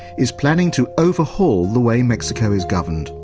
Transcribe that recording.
is planning to overhaul the way mexico is governed,